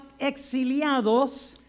exiliados